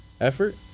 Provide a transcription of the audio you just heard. effort